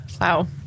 wow